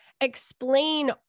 explain